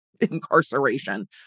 incarceration